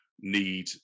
need